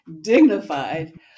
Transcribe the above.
dignified